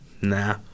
nah